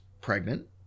pregnant